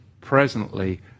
presently